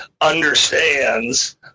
understands